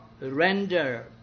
Render